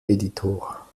editor